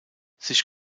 sich